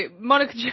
monica